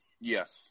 Yes